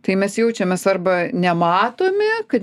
tai mes jaučiamės arba nematomi kad